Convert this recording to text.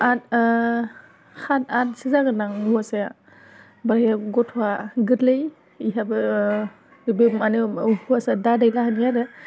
आथ साथ आथसो जागोन दां हौवासाया ओमफ्रायहाय गथ'साया गोरलै बिहाबो बेहा मानो उफुबासआ दादै लाहानि आरो